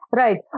right